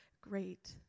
great